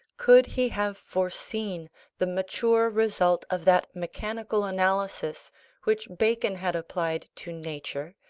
could he have foreseen the mature result of that mechanical analysis which bacon had applied to nature,